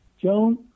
Joan